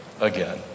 again